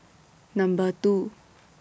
Number two